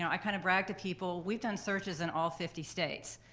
i kind of brag to people. we've done searches in all fifty states.